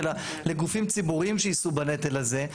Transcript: לגופים ציבוריים שיישאו בנטל הזה.